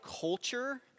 culture